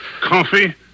Coffee